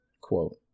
Quote